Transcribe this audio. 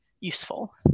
useful